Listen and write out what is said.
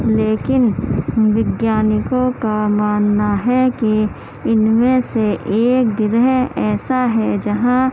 لیکن وگیانکوں کا ماننا ہے کہ ان میں سے ایک گَرہ ایسا ہے جہاں